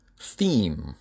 theme